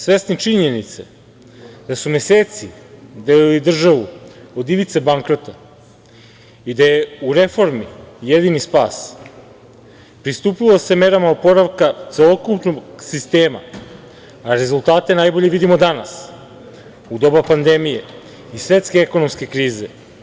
Svesni činjenice da su meseci delili državu od ivice bankrota i da je u reformi jedini spas, pristupilo se merama oporavka celokupnog sistema, a rezultate najbolje vidimo danas u doba pandemije i svetske ekonomske krize.